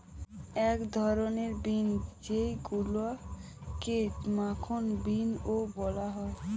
এক ধরনের বিন যেইগুলাকে মাখন বিনও বলা হয়